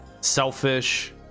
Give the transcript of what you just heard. Selfish